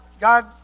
God